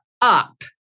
up